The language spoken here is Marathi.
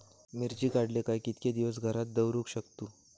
मिर्ची काडले काय कीतके दिवस घरात दवरुक शकतू?